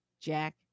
jack